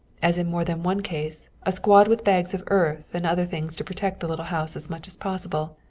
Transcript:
as in more than one case, a squad with bags of earth and other things to protect the little house as much as possible.